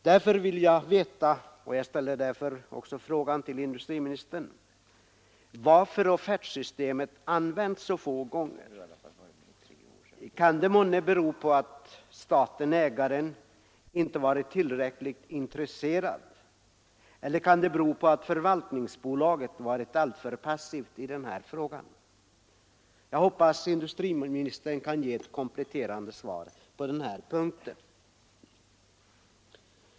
Därför vill jag veta — jag ställer frågan till industriministern — varför offertsystemet använts så få gånger. Kan det månne bero på att staten/ägaren inte varit tillräckligt intresserad, eller kan det bero på att förvaltningsbolaget varit alltför passivt i den här frågan. Jag hoppas industriministern kan ge ett kompletterande svar på den punkten.